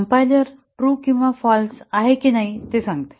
compiler true किंवा false आहे की नाही ते सांगते